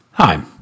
Hi